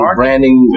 branding